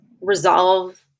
resolve